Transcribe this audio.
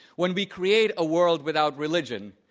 when we create a world without religion,